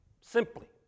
Simply